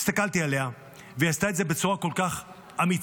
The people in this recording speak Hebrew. הסתכלתי עליה והיא עשתה את זה בצורה כל כך אמיצה,